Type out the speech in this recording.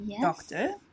doctor